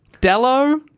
Dello